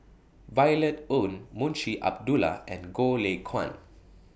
Violet Oon Munshi Abdullah and Goh Lay Kuan